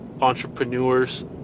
entrepreneurs